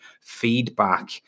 Feedback